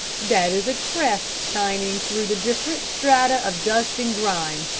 that is a crest shining through the different strata of dust and grime,